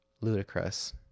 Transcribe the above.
ludicrous